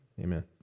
amen